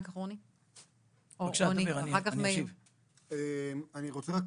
אני רוצה גם